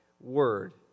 word